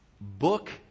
book